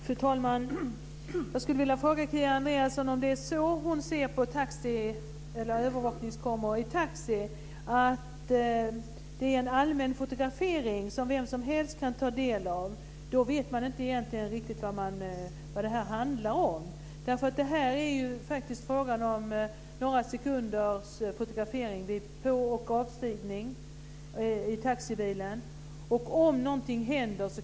Fru talman! Jag skulle vilja fråga Kia Andreasson om hon ser övervakningskameror i taxibilar som allmän fotografering som vem som helst kan ta del av. I så fall vet man inte riktigt vad det handlar om. Vad det är fråga om är några sekunders fotografering vid påstigning i taxibilen och avstigning ur densamma.